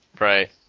Right